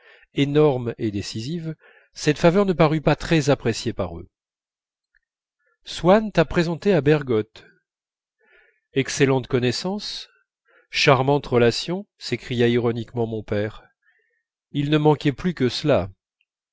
énorme et décisive cette faveur ne parut pas très appréciée par eux swann t'a présenté à bergotte excellente connaissance charmante relation s'écria ironiquement mon père il ne manquait plus que cela